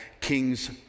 kings